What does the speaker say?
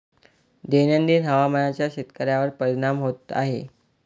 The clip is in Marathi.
दैनंदिन हवामानाचा शेतकऱ्यांवर परिणाम होत आहे